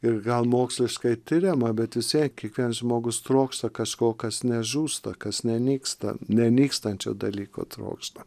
ir gal moksliškai tiriama bet visiek kiekviens žmogus trokšta kažko kas nežūsta kas nenyksta nenykstančio dalyko trokšta